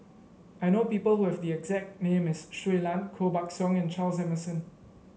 I know people who have the exact name as Shui Lan Koh Buck Song and Charles Emmerson